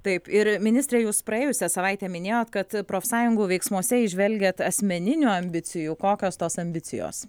taip ir ministre jūs praėjusią savaitę minėjot kad profsąjungų veiksmuose įžvelgiat asmeninių ambicijų kokios tos ambicijos